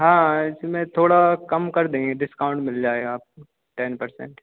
हाँ इसमें थोड़ा कम कर देंगे डिस्काउंट मिल जाएगा आपको टेन परसेंट